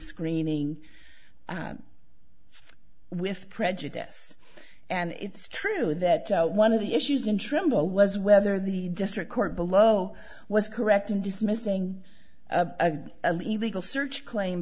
screening with prejudice and it's true that one of the issues in trimble was whether the district court below was correct in dismissing a legal search claim